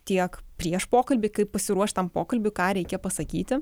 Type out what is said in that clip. tiek prieš pokalbį kaip pasiruošt tam pokalbiui ką reikia pasakyti